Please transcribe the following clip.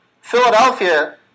Philadelphia